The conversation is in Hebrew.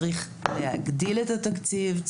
צריך להגדיל את התקציב,